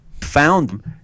found